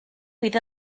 fydd